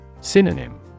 Synonym